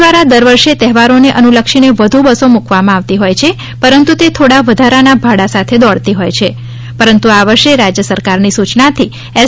દ્વારા દર વર્ષે તહેવારોને અનુલક્ષીને વધુ બસો મૂકવામાં આવતી હોય છે પરંતુ તે થોડા વધારાના ભાડા સાથે દોડતી હોય છે પરંતુ આ વર્ષે રાજય સરકારની સૂચનાથી એસ